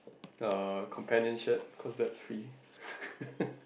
uh companionship cause that's free